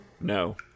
no